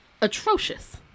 atrocious